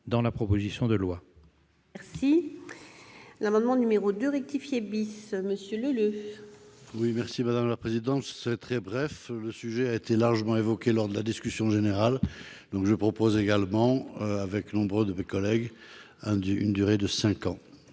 que la proposition de loi